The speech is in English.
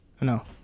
No